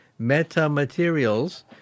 metamaterials